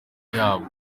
yabo